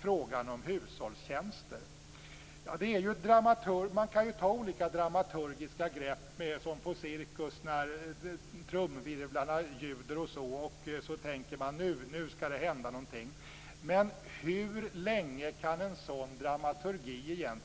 frågan om hushållstjänster. Det går att ta till olika dramaturgiska grepp, som på cirkus när trumvirvlarna ljuder, och tänka att nu skall det hända någonting. Men hur länge kan en sådan dramaturgi pågå?